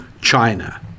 China